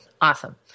awesome